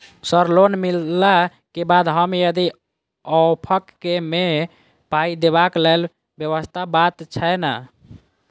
Sir loan मिलला केँ बाद हम यदि ऑफक केँ मे पाई देबाक लैल व्यवस्था बात छैय नै?